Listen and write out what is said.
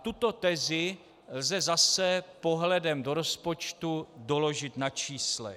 Tuto tezi lze zase pohledem do rozpočtu doložit na číslech.